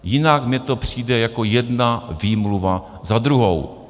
Jinak mi to přijde jako jedna výmluva za druhou.